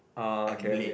orh okay okay